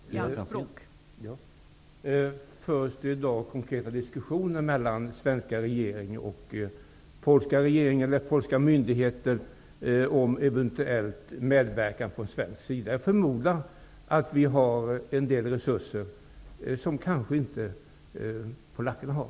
Herr talman! Förs det i dag konkreta diskussioner mellan svenska regeringen och polska regeringen eller polska myndigheter om eventuell svensk medverkan? Jag förmodar att vi har en del resurser som kanske inte polackerna har.